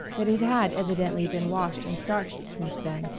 but it had evidently been washed and starched since then,